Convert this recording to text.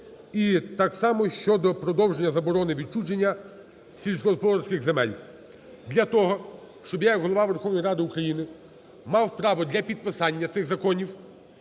і так само щодо продовження заборони відчуження сільськогосподарських земель. Для того, щоб я як Голова Верховної Ради України мав право для підписання цих законів